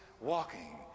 walking